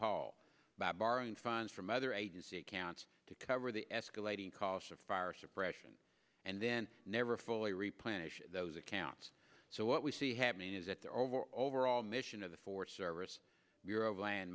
paul by borrowing funds from other agency accounts to cover the escalating costs of fire suppression and then never fully replenish those accounts so what we see happening is that there over overall mission of the forest service bureau of land